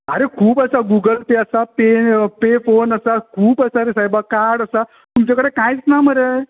अरे खूब आसा गुगल पे आसा पे पे फोन आसा खूब आसा रे सायबा कार्ड आसा तुमचे कडेन कांयच ना मरे